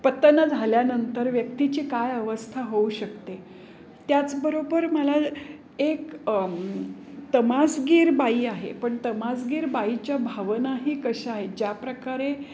पतनं झाल्यानंतर व्यक्तीची काय अवस्था होऊ शकते त्याच बरोबर मला एक तमासगीर बाई आहे पण तमासगीर बाईच्या भावनाही कशा आहेत ज्याप्रकारे